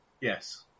Yes